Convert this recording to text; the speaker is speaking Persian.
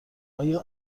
آیا